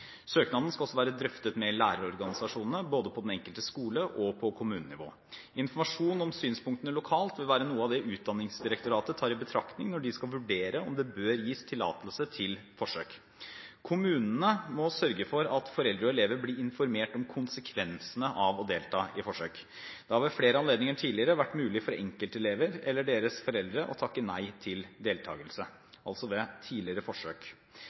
Søknaden skal også være drøftet med lærerorganisasjonene, både på den enkelte skole og på kommunenivå. Informasjon om synspunktene lokalt vil være noe av det Utdanningsdirektoratet tar i betraktning når de skal vurdere om det bør gis tillatelse til forsøk. Kommunene må sørge for at foreldre og elever blir informert om konsekvensene av å delta i forsøk. Det har ved flere anledninger vært mulig for enkeltelever eller deres foreldre å takke nei til deltakelse ved tidligere forsøk.